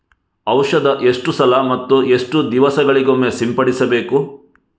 ಔಷಧ ಎಷ್ಟು ಸಲ ಮತ್ತು ಎಷ್ಟು ದಿವಸಗಳಿಗೊಮ್ಮೆ ಸಿಂಪಡಿಸಬೇಕು?